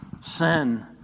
sin